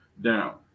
down